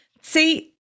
See